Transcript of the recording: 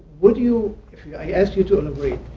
would you i ask you to and agree,